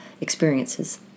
experiences